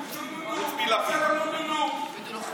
רק לעשות נו, נו, נו,